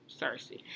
Cersei